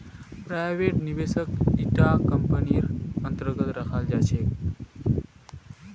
private निवेशकक इटा कम्पनीर अन्तर्गत रखाल जा छेक